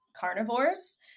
carnivores